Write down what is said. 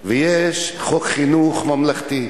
ויש חוק חינוך ממלכתי.